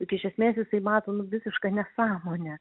juk iš esmės jisai mato nu visišką nesąmonę